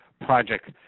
project